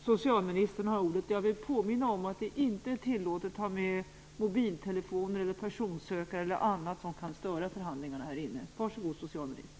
Jag vill påminna om att det inte är tillåtet att ha med mobiltelefoner, personsökare eller annat som kan störa förhandlingarna här inne.